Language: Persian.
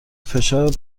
فشار